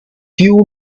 few